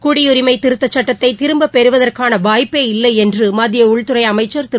குடியுரிமை திருத்தச் சட்டத்தை திரும்பப் பெறுவதற்கான வாய்ப்பே இல்லை என்று மத்திய உள்துறை அமைச்சா் திரு